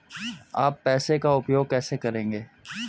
आप पैसे का उपयोग कैसे करेंगे?